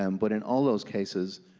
um but in all those cases,